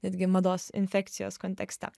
netgi mados infekcijos kontekste